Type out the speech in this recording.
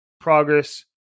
progress